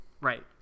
Right